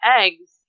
eggs